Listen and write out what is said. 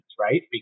right